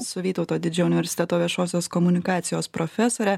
su vytauto didžiojo universiteto viešosios komunikacijos profesore